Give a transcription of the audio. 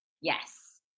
Yes